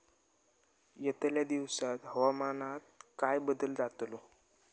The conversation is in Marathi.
यतल्या दिवसात हवामानात काय बदल जातलो?